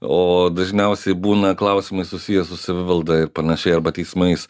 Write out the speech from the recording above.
o dažniausiai būna klausimai susiję su savivalda ir panašiai arba teismais